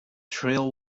shrill